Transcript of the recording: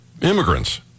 immigrants